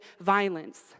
violence